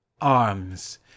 arms